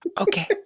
okay